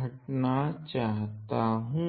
हटना चाहता हूँ